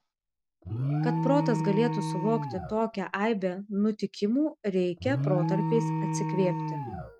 kad protas galėtų suvokti tokią aibę nutikimų reikia protarpiais atsikvėpti